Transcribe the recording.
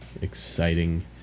exciting